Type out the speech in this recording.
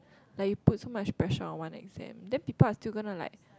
like you put so much pressure on one exam then people are still gonna like